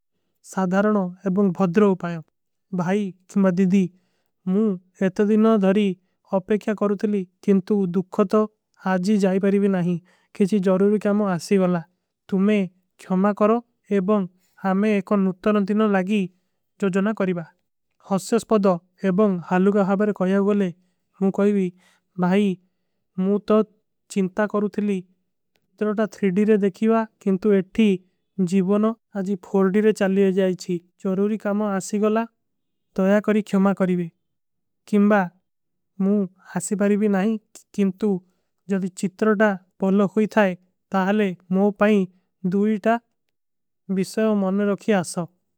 ସାଧାରନୋଂ ଏବଂଗ ଭଦ୍ରୋ ଉପାଯୋଂ ଭାଈ ତୁମ୍ହା ଦିଦୀ ମୁ ଏତା ଦିନୋଂ ଧରୀ। ଅପେକ୍ଯା କରୂ ଥିଲୀ କିଂଟୁ ଦୁଖୋ ତୋ ଆଜୀ ଜାଈ ପରୀବୀ ନାହୀ କିଛୀ। ଜରୂରୀ କ୍ଯାମୋଂ ଆଶୀ ଵଲା ତୁମ୍ହେ ଖ୍ଯମା କରୋ ଏବଂଗ ହାମେ ଏକନ। ନୁତ୍ତରନ ଦିନୋଂ ଲାଗୀ ଜଜନା କରୀବା କିଛୀ ଜରୂରୀ କ୍ଯାମୋଂ ଆଶୀ ଵଲା। ତୁମ୍ହେ ଖ୍ଯମା କରୋ ଏବଂଗ ହାମେ ଏକନ ନୁତ୍ତରନ ଦିନୋଂ ଲାଗୀ ଜଜନା କରୀବା। କିଛୀ ଜରୂରୀ କ୍ଯାମୋଂ ଆଶୀ ଵଲା ତୁମ୍ହେ ଖ୍ଯମା କରୋ ଏବଂଗ ହାମେ ଏକନ। ନୁତ୍ତରନ ଦିନୋଂ ଲାଗୀ ଜଜନା କରୀବା କିଛୀ ଜରୂରୀ କ୍ଯାମୋଂ ଆଶୀ ଵଲା।